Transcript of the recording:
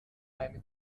eine